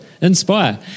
Inspire